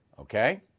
Okay